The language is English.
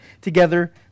together